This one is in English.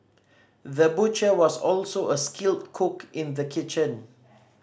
the butcher was also a skilled cook in the kitchen